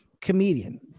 comedian